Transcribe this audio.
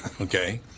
okay